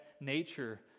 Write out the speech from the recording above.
nature